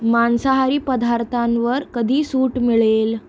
मांसाहारी पदार्थांवर कधी सूट मिळेल